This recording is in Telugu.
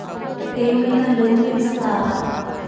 ఏమైనా లోన్లు ఇత్తరా?